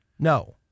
No